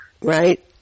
Right